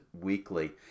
Weekly